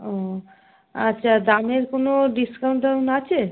ও আচ্ছা দামের কোনো ডিসকাউন্ট টাউন আছে